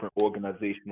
organizational